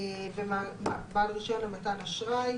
בעל רישיון למתן אשראי.